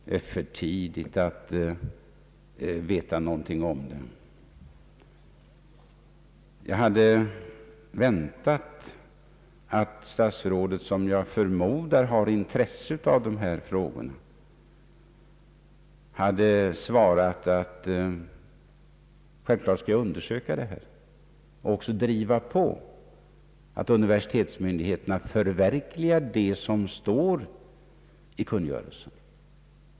Det är för tidigt att veta något om detta, menade han. Jag hade väntat att statsrådet, som jag förmodar har intresse av dessa frågor, skulle ha svarat att han givetvis skall undersöka detta problem och driva på så att universitetsmyndigheterna förverkligar det som står i kungörelsen.